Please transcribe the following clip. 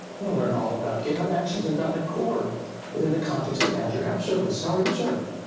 going to learn all about github actions and dot net core within the context of azure app service. how are you, sir?